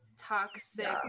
toxic